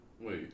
Wait